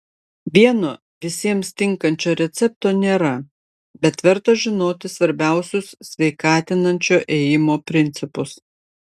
vieno visiems tinkančio recepto nėra bet verta žinoti svarbiausius sveikatinančio ėjimo principus